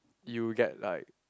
you get like